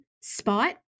spot